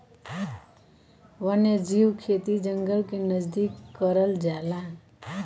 वन्यजीव खेती जंगल के नजदीक करल जाला